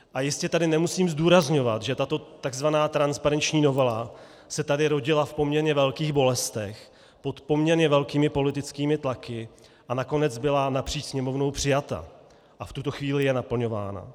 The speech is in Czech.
A jistě tady nemusím zdůrazňovat, že tato takzvaná transparenční novela se tady rodila v poměrně velkých bolestech pod poměrně velkými politickými tlaky a nakonec byla napříč Sněmovnou přijata a v tuto chvíli je naplňována.